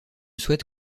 souhaite